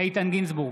איתן גינזבורג,